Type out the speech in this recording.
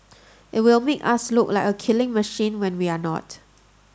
it will make us look like a killing machine when we're not